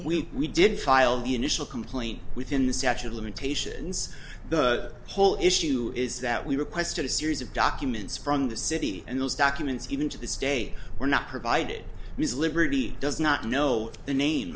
we we did file the initial complaint within the statute of limitations whole issue is that we requested a series of documents from the city and those documents even to this day were not provided this liberty does not know the name